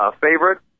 favorite